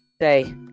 say